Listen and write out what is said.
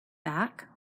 back